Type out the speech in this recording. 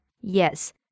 Yes